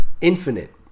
Infinite